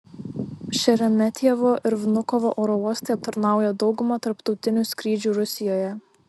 šeremetjevo ir vnukovo oro uostai aptarnauja daugumą tarptautinių skrydžių rusijoje